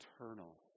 eternal